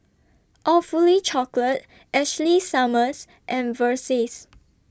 Awfully Chocolate Ashley Summers and Versace